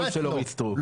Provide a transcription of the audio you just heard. לא אורית סטרוק.